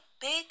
Big